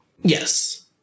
Yes